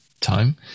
time